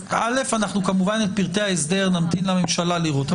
--- כמובן לפרטי ההסדר נמתין לממשלה לראות,